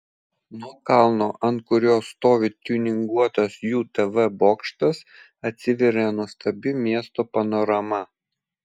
nuo kalno ant kurio stovi tiuninguotas jų tv bokštas atsiveria nuostabi miesto panorama